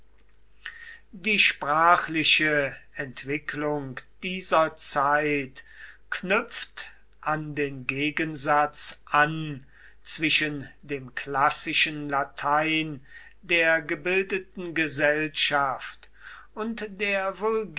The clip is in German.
die sprachliche entwicklung dieser zeit knüpfte an den gegensatz an zwischen dem klassischen latein der gebildeten gesellschaft und der